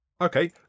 Okay